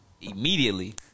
immediately